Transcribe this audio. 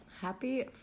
Happy